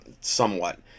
somewhat